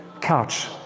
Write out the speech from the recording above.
couch